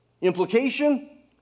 Implication